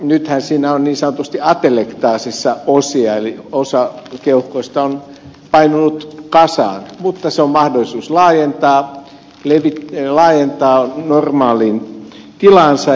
nythän siinä on niin sanotusti atelektaasissa osia eli osa keuhkoista on painunut kasaan mutta se on mahdollisuus laajentaa normaaliin tilaansa